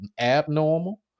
abnormal